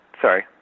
sorry